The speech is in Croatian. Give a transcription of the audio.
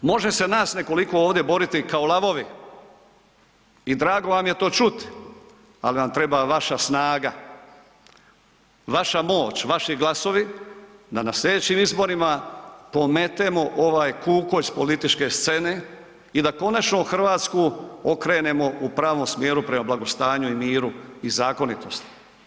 Može se nas nekoliko ovdje boriti kao lavovi i drago vam je to čut, ali nam treba vaša snaga, vaša moć, vaši glasovi da na sljedećim izborima pometemo ovaj kukolj s političke scene i da konačno Hrvatsku okrenemo u pravom smjeru prema blagostanju, miru i zakonitosti.